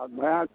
अभ्यास